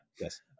yes